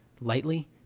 lightly